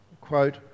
quote